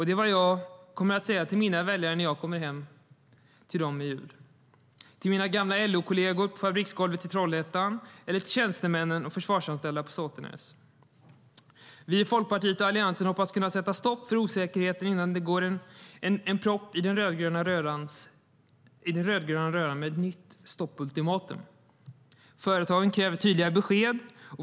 Det är vad jag kommer att säga till mina väljare när jag kommer hem till dem i jul, till mina gamla LO-kolleger på fabriksgolvet i Trollhättan och till tjänstemän och försvarsanställda på Såtenäs.Företagen kräver tydliga besked.